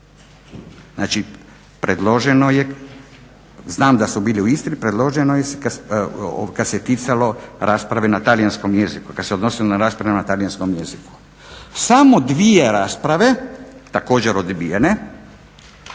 je, znam da su bili u Istri. Predloženo je kad se ticalo rasprave na talijanskom jeziku, kad se odnosilo